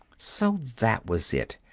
so that was it.